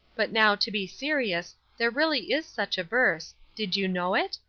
but now, to be serious, there really is such verse did you know it?